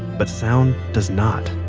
but sound does not